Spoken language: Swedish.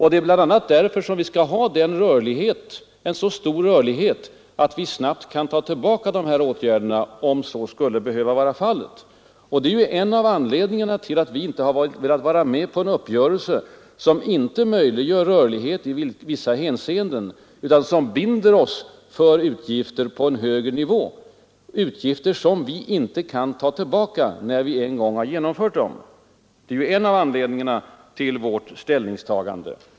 Det är bl.a. därför vi skall ha så stor rörlighet att vi snabbt kan dra tillbaka stimulansåtgärderna, om så skulle behövas. Vi moderater har därför inte velat vara med om en uppgörelse som inte möjliggör rörlighet i olika avseenden utan binder oss för utgifter på en hög nivå, utgifter som vi inte kan ta tillbaka när vi en gång har genomfört dem. Det är en av anledningarna till vårt avståndstagande.